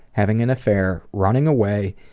having an affair, running away,